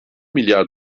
milyar